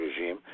regime